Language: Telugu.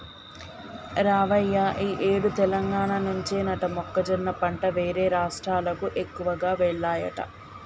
రావయ్య ఈ ఏడు తెలంగాణ నుంచేనట మొక్కజొన్న పంట వేరే రాష్ట్రాలకు ఎక్కువగా వెల్లాయట